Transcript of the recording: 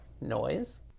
noise